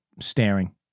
staring